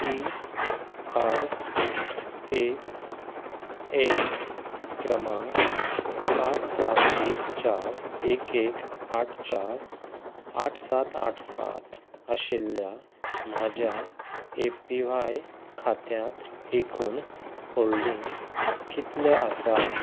P R A N क्रमांक पांच सात एक चार एक एक आठ चार आठ सात आठ सात आशिल्ल्या म्हज्या ए पी व्हाय खात्यांत एकूण होल्डींग कितलें आसा